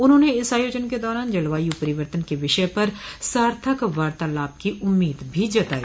उन्होंने इस आयोजन के दौरान जलवायु परिवर्तन के विषय पर सार्थक वार्तालाप की उम्मीद भी जताई